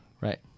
right